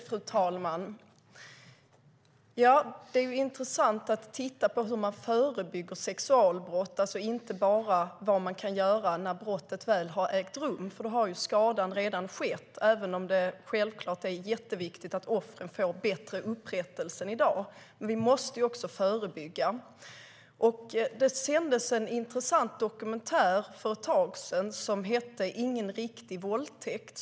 Fru talman! Det är intressant att se på hur man förebygger sexualbrott, alltså inte bara vad man kan göra när brottet väl har ägt rum, för då har ju skadan redan skett, även om det självklart är jätteviktigt att offren får bättre upprättelse än i dag. Vi måste också förebygga. Det sändes en intressant dokumentär för ett tag sedan som hette Ingen riktig våldtäkt .